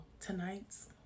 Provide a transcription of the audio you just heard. tonight's